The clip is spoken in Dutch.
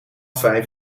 vijf